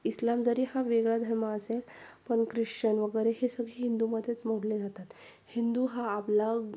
इस्लाम जरी हा वेगळा धर्म असेल पण ख्रिश्चन वगैरे हे सगळी हिंदूमध्येच मोडले जातात हिंदू हा आपला